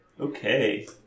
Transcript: Okay